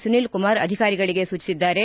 ಸುನೀಲ್ ಕುಮಾರ್ ಅಧಿಕಾರಿಗಳಿಗೆ ಸೂಚಿಸಿದ್ದಾರೆ